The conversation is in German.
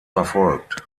verfolgt